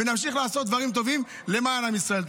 ונמשיך לעשות דברים טובים למען עם ישראל.